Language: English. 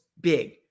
big